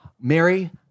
Mary